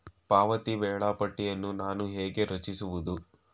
ಪಾವತಿ ವೇಳಾಪಟ್ಟಿಯನ್ನು ನಾನು ಹೇಗೆ ರಚಿಸುವುದು?